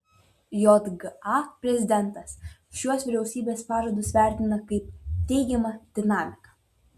jga prezidentas šiuos vyriausybės pažadus vertina kaip teigiamą dinamiką